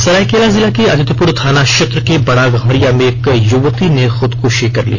सरायकेला जिला के आदित्यपुर थाना क्षेत्र के बड़ा गम्हरिया में एक युवती ने खूदखूशी कर ली